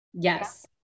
Yes